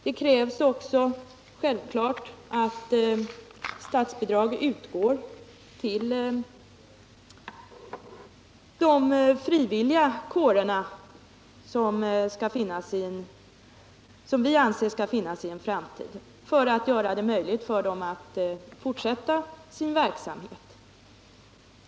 Det krävs naturligtvis också att statsbidrag utgår till de frivilliga kårer som vi anser skall finnas i en framtid för att det skall bli möjligt för dem att driva sin verksamhet.